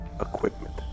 equipment